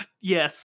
Yes